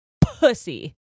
Pussy